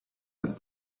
had